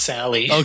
Sally